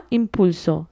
impulso